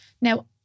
Now